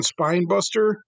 Spinebuster